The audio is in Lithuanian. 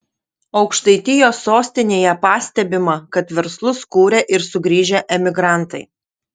aukštaitijos sostinėje pastebima kad verslus kuria ir sugrįžę emigrantai